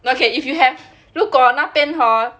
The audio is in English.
okay if you have 如果那边 hor